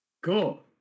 Cool